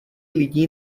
lidi